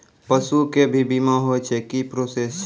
पसु के भी बीमा होय छै, की प्रोसेस छै?